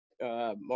Mark